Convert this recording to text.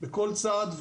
בכל צעד,